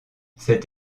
cette